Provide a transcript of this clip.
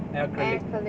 acrylic